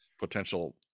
potential